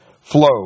flow